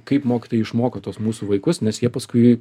kaip mokytojai išmoko tuos mūsų vaikus nes jie paskui